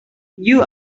you